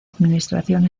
administración